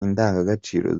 indangagaciro